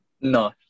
No